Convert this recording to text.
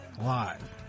live